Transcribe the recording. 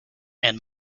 and